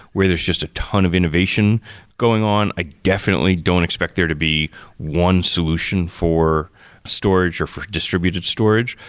where there's just a ton of innovation going on. i definitely don't expect there to be one solution for storage, or for distributed storage,